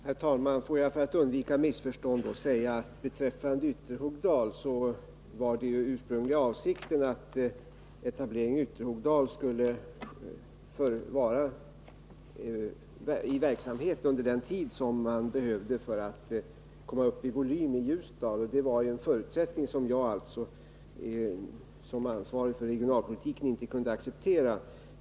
Herr talman! För att undvika missförstånd vill jag säga att beträffande Ytterhogdal var den utsprungliga avsikten att etableringen där skulle vara i verksamhet under den tid som man behövde för att komma upp i volym i Ljusdal. Det var ju en förutsättning som jag som ansvarig för regionalpolitiken inte kunde acceptera.